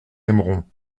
aimeront